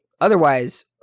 otherwise